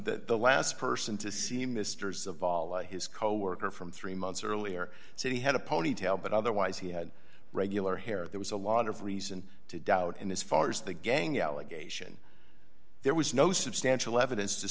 the last person to see mr saval his coworker from three months earlier said he had a ponytail but otherwise he had regular hair there was a lot of reason to doubt and as far as the gang allegation there was no substantial evidence to